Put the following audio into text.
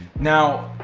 now,